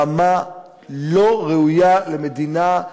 רמה לא ראויה למדינה,